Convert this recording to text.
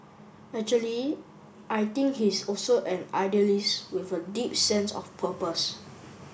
actually I think he's also an idealist with a deep sense of purpose